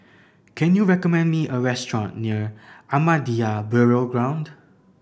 can you recommend me a restaurant near Ahmadiyya Burial Ground